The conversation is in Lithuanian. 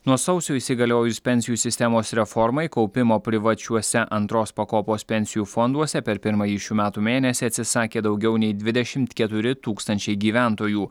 nuo sausio įsigaliojus pensijų sistemos reformai kaupimo privačiuose antros pakopos pensijų fonduose per pirmąjį šių metų mėnesį atsisakė daugiau nei dvidešimt keturi tūkstančiai gyventojų